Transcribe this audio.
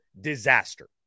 disaster